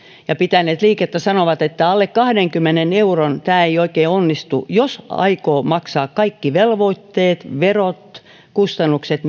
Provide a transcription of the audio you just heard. ja pitäneet liikettä sanovat että alle kahdenkymmenen euron tämä ei oikein onnistu jos aikoo maksaa kaikki velvoitteet verot kustannukset